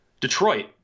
Detroit